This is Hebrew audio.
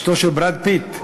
אשתו של בראד פיט?